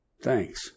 thanks